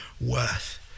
worth